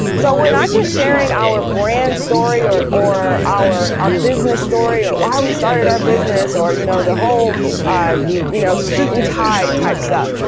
so we're not just sharing our brand story or, or our, our business story or why we started our business or you know, the whole you know, suit and tie type stuff.